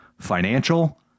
Financial